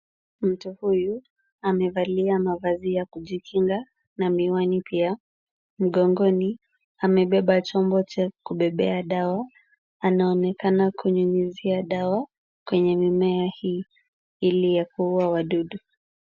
Mtu huyu amevalia mavazi ya kujikinga na miwani pia, mgongoni amebeba chombo cha kubebea dawa, anaonekana kunyunyuzia dawa kwenye mimea hii ili ya kuua wadudu.